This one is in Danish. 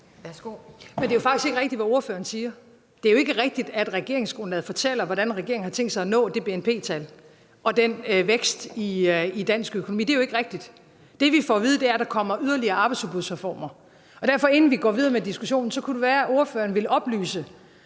Værsgo. Kl. 10:24 Mette Frederiksen (S): Det er jo ikke rigtigt, at regeringsgrundlaget fortæller, hvordan regeringen har tænkt sig at nå det BNP-tal og den vækst i dansk økonomi. Det er ikke rigtigt. Det, vi får at vide, er, at der kommer yderligere arbejdsudbudsreformer. Derfor kunne det være – inden vi går videre med diskussionen – at ordføreren ville oplyse